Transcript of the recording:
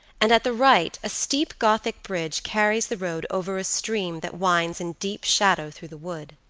and at the right a steep gothic bridge carries the road over a stream that winds in deep shadow through the wood.